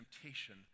temptation